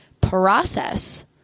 process